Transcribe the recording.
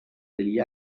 degli